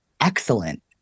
excellent